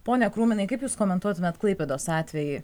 pone krūminiai kaip jūs komentuotumėte klaipėdos atvejį